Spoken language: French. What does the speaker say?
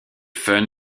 fun